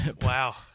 Wow